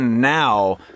now